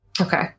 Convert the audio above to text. okay